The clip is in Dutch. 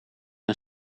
een